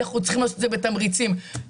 אנחנו צריכים לעשות את זה בתמריצים לכולם,